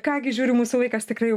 ką gi žiūriu mūsų laikas tikrai jau